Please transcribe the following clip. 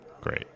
Great